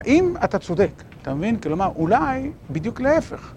אם אתה צודק, אתה מבין? כלומר, אולי בדיוק להפך.